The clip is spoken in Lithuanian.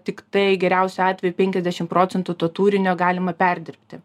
tiktai geriausiu atveju penkiasdešim procentų to turinio galima perdirbti